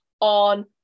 on